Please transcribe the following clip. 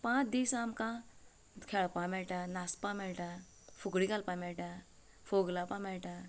पांच दीस आमकां खेळपा मेळटा नाचपा मेळटा फुगडी घालपा मेळटा फोग लावपा मेळटा